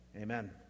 Amen